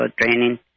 training